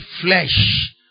flesh